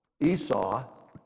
Esau